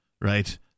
right